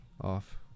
off